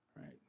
Right